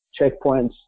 checkpoints